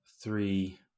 three